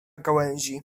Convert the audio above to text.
gałęzi